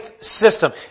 system